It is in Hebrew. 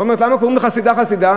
זאת אומרת, למה קוראים לחסידה "חסידה"?